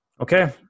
Okay